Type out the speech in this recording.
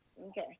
Okay